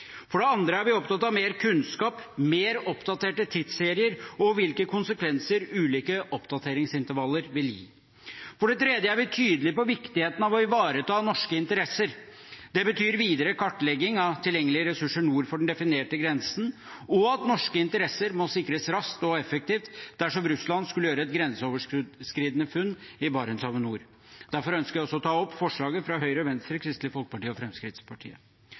For det andre er vi opptatt av mer kunnskap, mer oppdaterte tidsserier og hvilke konsekvenser ulike oppdateringsintervaller vil gi. For det tredje er vi tydelige på viktigheten av å ivareta norske interesser. Det betyr videre kartlegging av tilgjengelige ressurser nord for den definerte grensen, og at norske interesser må sikres raskt og effektivt dersom Russland skulle gjøre et grenseoverskridende funn i Barentshavet nord. Derfor ønsker jeg også å vise til forslaget fra Høyre, Venstre, Kristelig Folkeparti og Fremskrittspartiet.